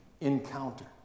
encounter